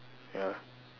ya